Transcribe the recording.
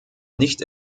nicht